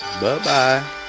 Bye-bye